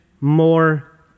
more